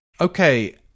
Okay